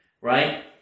right